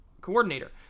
coordinator